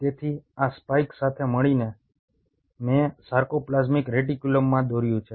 તેથી આ સ્પાઇક સાથે મળીને મેં સાર્કોપ્લાઝમિક રેટિક્યુલમમાં દોર્યું છે